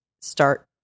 start